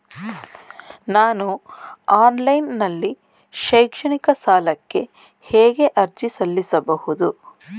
ನಾನು ಆನ್ಲೈನ್ ನಲ್ಲಿ ಶೈಕ್ಷಣಿಕ ಸಾಲಕ್ಕೆ ಹೇಗೆ ಅರ್ಜಿ ಸಲ್ಲಿಸಬಹುದು?